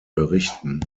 berichten